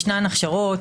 יש הכשרות,